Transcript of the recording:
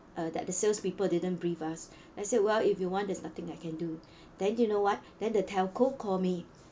uh that the salespeople didn't brief us I said well if you want there's nothing I can do then you know what then the telco called me